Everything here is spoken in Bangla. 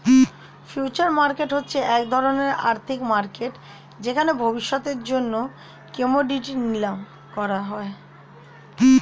ফিউচার মার্কেট হচ্ছে এক ধরণের আর্থিক মার্কেট যেখানে ভবিষ্যতের জন্য কোমোডিটি নিলাম করা হয়